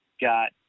got